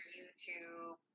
YouTube